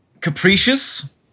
capricious